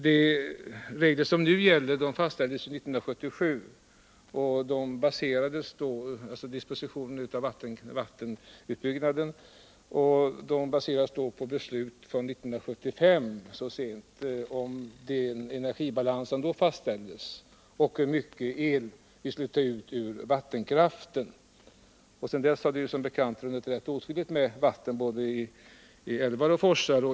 De regler som nu gäller fastställdes 1977, och dispositionen av vattenkraftsutbyggnaden baserades då så sent som 1975 på fattade beslut om hur energibalansen skulle regleras och hur mycket el vi skulle ta ut ur vattenkraften. Sedan dess har som bekant mycket vatten runnit i älvar och forsar.